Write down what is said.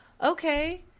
Okay